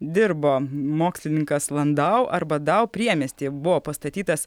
dirbo mokslininkas landau arba dau priemiestyje buvo pastatytas